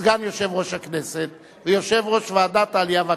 סגן יושב-ראש הכנסת ויושב-ראש ועדת העלייה והקליטה.